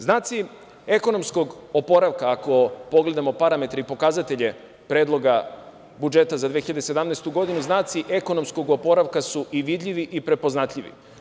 Znaci ekonomskog oporavka, ako pogledamo parametre i pokazatelje Predloga budžeta za 2017. godinu, znaci ekonomskog oporavka su i vidljivi i prepoznatljivi.